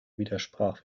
widersprach